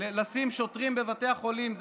לשים שוטרים בבתי החולים.